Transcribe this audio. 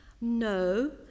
No